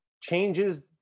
changes